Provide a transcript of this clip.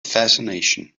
fascination